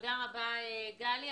תודה רבה, גלי.